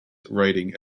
writing